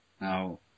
Now